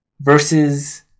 versus